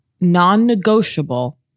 non-negotiable